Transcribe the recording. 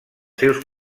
seus